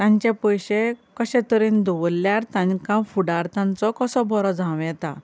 तांचे पयशे कशे तरेन दवरल्यार तांकां फुडार तांचो कसो बरो जावं येता